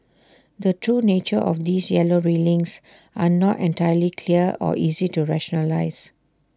the true nature of these yellow railings are not entirely clear or easy to rationalise